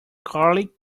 garlic